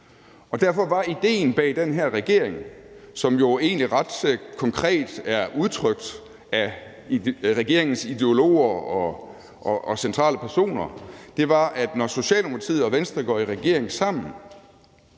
Derfor var idéen bag den her regering, som jo egentlig ret konkret er udtrykt af regeringens ideologer og centrale personer, at når Socialdemokratiet og Venstre går i regering sammen,